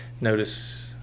notice